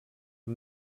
amb